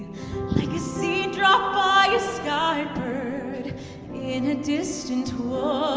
like a seed dropped by a skybird in a distant wood